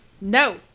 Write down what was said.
No